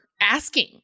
asking